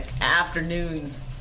afternoons